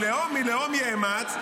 ולאֹם מלאֹם יאמץ,